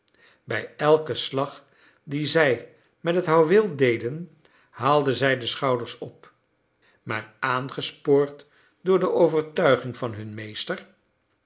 bij elken slag dien zij met het houweel deden haalden zij de schouders op maar aangespoord door de overtuiging van hun meester